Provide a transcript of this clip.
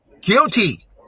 guilty